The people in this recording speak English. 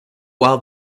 while